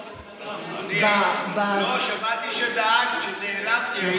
שמעתי שדאגת שנעלמתי.